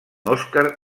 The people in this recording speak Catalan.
oscar